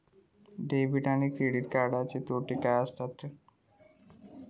Debit आणि credit कार्डचे तोटे काय आसत तर?